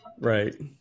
right